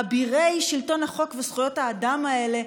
אבירי שלטון החוק וזכויות האדם האלה,